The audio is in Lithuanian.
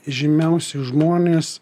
žymiausi žmonės